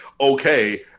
okay